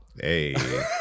Hey